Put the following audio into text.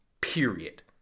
period